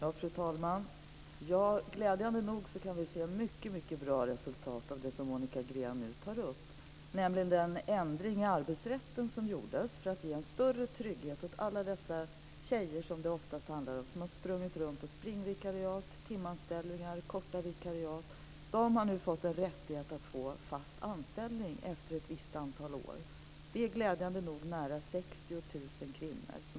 Fru talman! Glädjande nog kan vi se mycket bra resultat av det som Monica Green nu tar upp, nämligen den ändring i arbetsrätten som gjordes för att ge en större trygghet åt alla dessa tjejer, som det oftast handlar om, som har sprungit runt på springvikariat, timanställningar och korta vikariat. De har nu fått en rättighet att få fast anställning efter ett visst antal år. Detta berör glädjande nog nära 60 000 kvinnor.